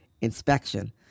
inspection